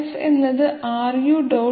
F എന്നത് Ru